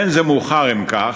אין זה מאוחר, אם כך,